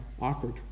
awkward